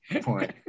point